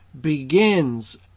begins